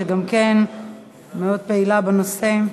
שהייתה גם כן מאוד פעילה בנושא.